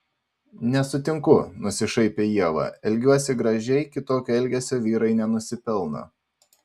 nesutinku nusišaipė ieva elgiuosi gražiai kitokio elgesio vyrai nenusipelno